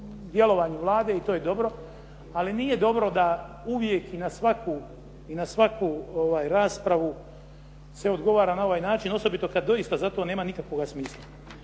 djelovanju Vlade i to je dobro, ali nije dobro da uvijek i na svaku raspravu se odgovara na ovaj način, osobito kad doista za to nema nikakvoga smisla.